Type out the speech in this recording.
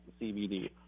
CBD